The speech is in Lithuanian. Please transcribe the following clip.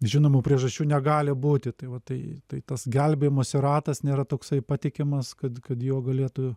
žinomų priežasčių negali būti tai va tai tai tas gelbėjimosi ratas nėra toksai patikimas kad kad juo galėtų